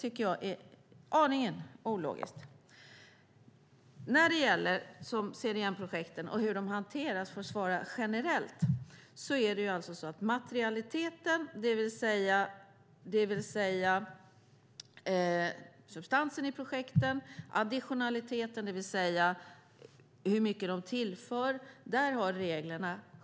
För att svara generellt på frågan om CDM-projekten och hur de hanteras vill jag säga att reglerna har skärpts när det gäller materialitet, det vill säga substansen i projekten, och additionalitet, det vill säga hur mycket man tillför.